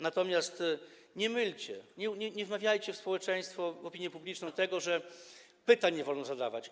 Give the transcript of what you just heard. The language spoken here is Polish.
Natomiast nie mylcie, nie wmawiajcie w społeczeństwo, w opinię publiczną tego, że pytań nie wolno zadawać.